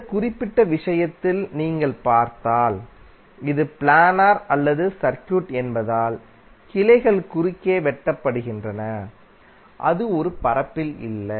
இந்த குறிப்பிட்ட விஷயத்தில் நீங்கள் பார்த்தால் இது பிளானர் அல்லாத சர்க்யூட் என்பதால் கிளைகள் குறுக்கே வெட்டப்படுகின்றன அது ஒரு பரப்பில் இல்லை